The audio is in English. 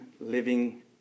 living